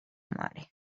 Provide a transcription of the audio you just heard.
mare